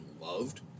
loved